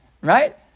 right